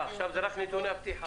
אה, עכשיו זה רק נתוני הפתיחה.